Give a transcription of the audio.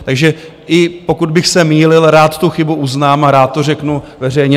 Takže i pokud bych se mýlil, rád tu chybu uznám a rád to řeknu veřejně.